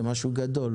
זה משהו גדול.